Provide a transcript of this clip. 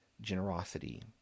generosity